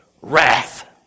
wrath